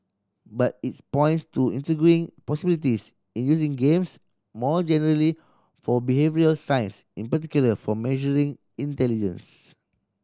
but if points to intriguing possibilities in using games more generally for behavioural science in particular for measuring intelligence